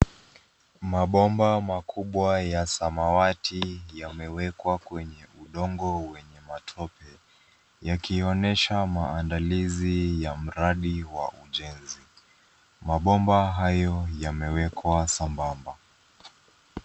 Mabomba makubwa ya samawati yamewekwa kwenye udongo wenye matope yakionyesha maandalizi ya mradi wa ujenzi. Mabomba hayo yamewekwa sambamba.